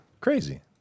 Crazy